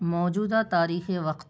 موجودہ تاریخ وقت